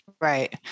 right